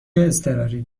اضطراری